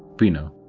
pino.